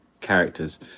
characters